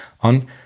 on